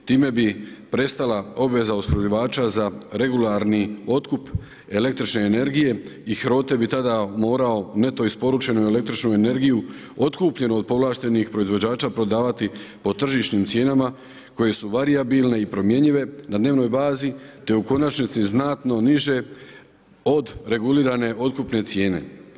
Time bi prestala obveza opskrbljivača za regularni otkup električne energije i HROTE bi tada mogao neto isporučenu električnu energiju otkupljenu od povlaštenih proizvođača prodavati po tržišnim cijenama koje su varijabilne i promjenjive na dnevnoj bazi te u konačnici znatno niže od regulirane otkupne cijene.